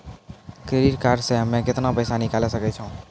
Credit card से हम्मे केतना पैसा निकाले सकै छौ?